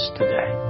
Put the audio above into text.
today